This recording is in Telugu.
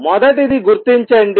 మొదటిది గుర్తించండి